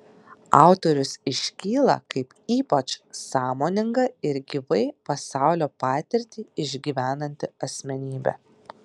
autorius iškyla kaip ypač sąmoninga ir gyvai pasaulio patirtį išgyvenanti asmenybė